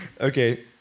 Okay